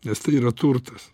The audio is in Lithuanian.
nes tai yra turtas